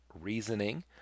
reasoning